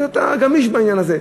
אתה גמיש בעניין הזה.